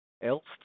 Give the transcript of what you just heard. Elst